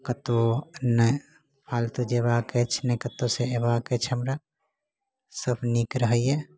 कतौ नहि फालतू जयबाक अछि नहि कतौ से अयबाक अछि हमरा सब नीक रहैए